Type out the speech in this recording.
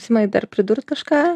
simai dar pridurt kažką